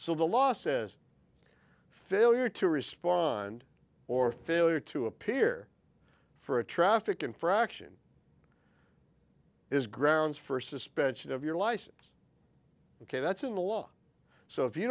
so the law says failure to respond or failure to appear for a traffic infraction is grounds for suspension of your license ok that's in the law so if you